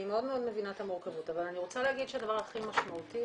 אני רוצה להגיד שהדבר הכי משמעותי,